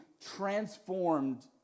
transformed